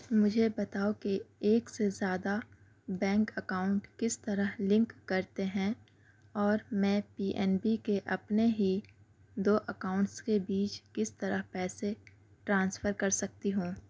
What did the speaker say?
مجھے بتاؤ کہ ایک سے زیادہ بینک اکاؤنٹ کس طرح لنک کرتے ہیں اور میں پی این بی کے اپنے ہی دو اکاؤنٹس کے بیچ کس طرح پیسے ٹرانسفر کر سکتی ہوں